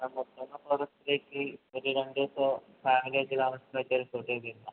ഓഗസ്റ്റിലേക്ക് ഒര് രണ്ട് ദിവസം ഫാമിലിയായിട്ട് താമസത്തിനു പറ്റിയ റിസോർട്ട് ഉണ്ടോ